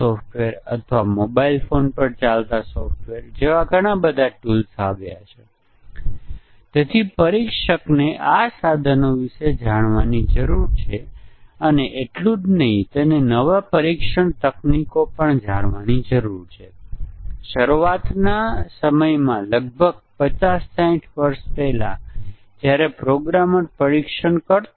હવે એમ માનીને કે આપણે આપણા કાર્યોના મોડ્યુલોનું ટેસ્ટીંગ કર્યું છે હવે ચાલો જોઈએ કે આપણે ઈન્ટીગ્રેશન ટેસ્ટીંગ કેવી રીતે હાથ ધરીએ અને આપણી ચર્ચાની શરૂઆતમાં આપણે કહ્યું હતું કે આપણે શા માટે ઈન્ટીગ્રેશન ટેસ્ટીંગ કરવાની જરૂર છે યુનિટ ટેસ્ટીંગ શા માટે કરવું અને પછી ઈન્ટીગ્રેશન ટેસ્ટીંગ કરવું અને પછી સિસ્ટમ ટેસ્ટીંગ કરો